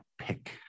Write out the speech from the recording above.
pick